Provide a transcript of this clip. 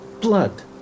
blood